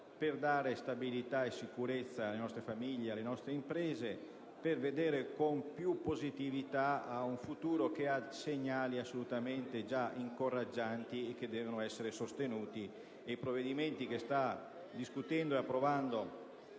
per dare stabilità e sicurezza alle nostre famiglie e alle nostre imprese e per vedere con più positività un futuro che dà segnali incoraggianti, che devono essere sostenuti.